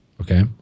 Okay